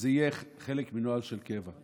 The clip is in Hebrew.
שזה יהיה חלק מנוהל של קבע.